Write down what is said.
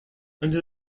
under